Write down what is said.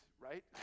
right